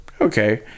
Okay